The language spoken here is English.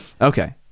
okay